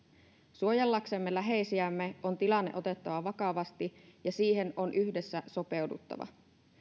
suojellaksemme läheisiämme on tilanne otettava vakavasti ja siihen on yhdessä sopeuduttava